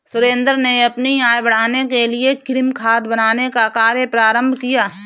सुरेंद्र ने अपनी आय बढ़ाने के लिए कृमि खाद बनाने का कार्य प्रारंभ किया